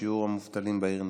שיעור המובטלים בעיר נצרת,